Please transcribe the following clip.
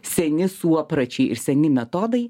seni suopračiai seni metodai